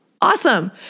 Awesome